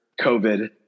COVID